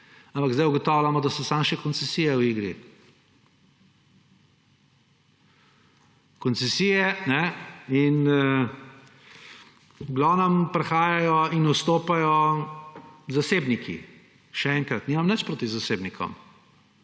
Ampak sedaj ugotavljamo, da so samo še koncesije v igri. V glavnem prihajajo in vstopajo zasebniki. Še enkrat, nimam nič proti zasebnikom,